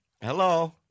Hello